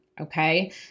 Okay